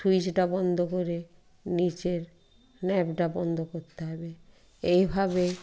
সুইচটা বন্ধ করে নীচের নবটা বন্ধ করতে হবে এইভাবে